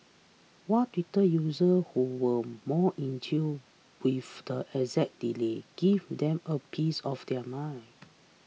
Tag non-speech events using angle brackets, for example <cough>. while Twitter users who were more in tune with the exact delay gave them a piece of their mind <noise>